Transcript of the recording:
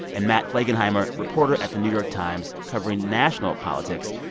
and matt flegenheimer, reporter at the new york times covering national politics.